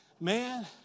Man